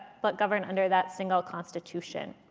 but governed under that single constitution.